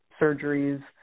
surgeries